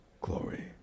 glory